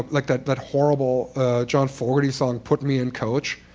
like that that horrible john fogerty song put me in, coach,